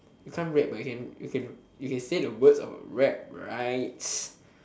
you can't rap but you can you can say the words of the rap right